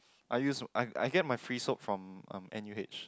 I use I I get my free soap from um N_U_H